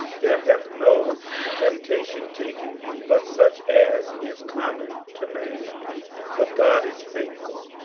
there hath no temptation taken you but such as is common to man but god is faithful,